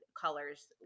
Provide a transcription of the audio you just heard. colors